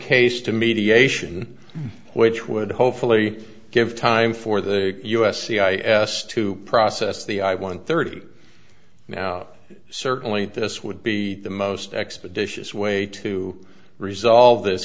case to mediation which would hopefully give time for the u s c i s to process the i one third now certainly this would be the most expeditious way to resolve this